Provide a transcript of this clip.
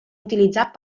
utilitzat